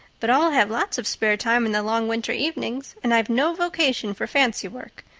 but i'll have lots of spare time in the long winter evenings, and i've no vocation for fancy work.